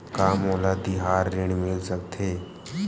का मोला तिहार ऋण मिल सकथे?